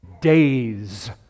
days